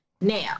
Now